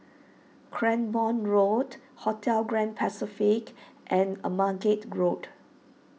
Cranborne Road Hotel Grand Pacific and Margate Road